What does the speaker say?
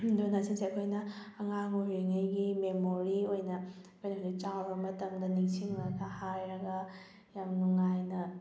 ꯑꯗꯨꯅ ꯁꯤꯁꯦ ꯑꯩꯈꯣꯏꯅ ꯑꯉꯥꯡ ꯑꯣꯏꯔꯤꯉꯩꯒꯤ ꯃꯦꯃꯣꯔꯤ ꯑꯣꯏꯅ ꯑꯩꯈꯣꯏꯅ ꯍꯧꯖꯤꯛ ꯆꯥꯎꯔ ꯃꯇꯝꯗ ꯅꯤꯡꯁꯪꯂꯒ ꯍꯥꯏꯔꯒ ꯌꯥꯝ ꯅꯨꯉꯥꯏꯅ